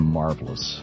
marvelous